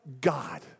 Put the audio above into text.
God